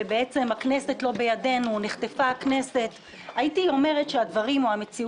המציאות היא קצת הפוכה.